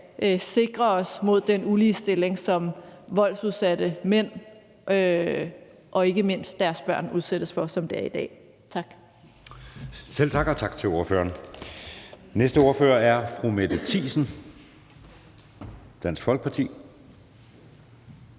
sikre os mod den uligestilling, som voldsudsatte mænd og ikke mindst deres børn udsættes for, som det er i dag. Tak. Kl. 19:21 Anden næstformand (Jeppe Søe): Selv tak, og tak til ordføreren. Næste ordfører er fru Mette Thiesen, Dansk Folkeparti.